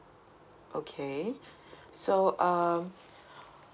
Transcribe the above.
okay so um